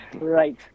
Right